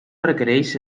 requereix